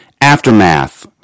aftermath